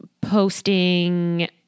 posting